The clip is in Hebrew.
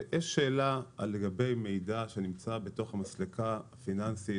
יש שאלה לגבי מידע שנמצא בתוך המסלקה הפיננסית.